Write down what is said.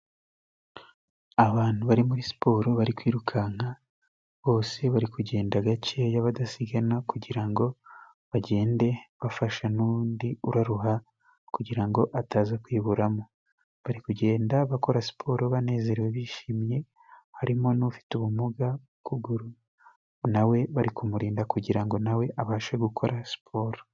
Abantu bari muri siporo bari kwirukanka bose bari kugenda gakeya badasigana, kugira ngo bagende bafasha n'undi uraruha kugira ngo ataza kwiburamo; bari kugenda bakora siporo banezerewe, bishimye harimo n'ufite ubumuga bw'ukuguru nawe bari kumurinda kugira ngo nawe abashe gukora siporo.